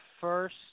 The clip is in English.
first